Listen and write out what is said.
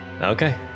Okay